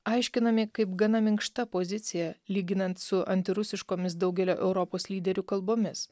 aiškinami kaip gana minkšta pozicija lyginant su antirusiškomis daugelio europos lyderių kalbomis